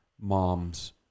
mom's